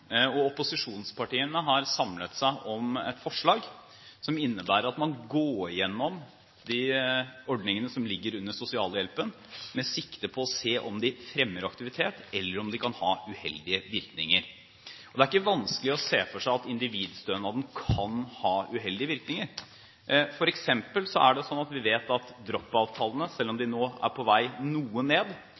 individstønaden. Opposisjonspartiene har samlet seg om et forslag som innebærer at man går igjennom de ordningene som ligger under sosialhjelpen, med sikte på å se om de fremmer aktivitet, eller om de kan ha uheldige virkninger. Det er ikke vanskelig å se for seg at individstønaden kan ha uheldige virkninger. For eksempel vet vi at drop out-tallene, selv om de nå er litt på vei ned,